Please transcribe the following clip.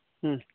ᱦᱮᱸ